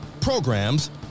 programs